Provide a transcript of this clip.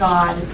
God